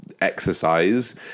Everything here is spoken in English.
exercise